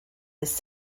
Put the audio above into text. this